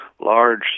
large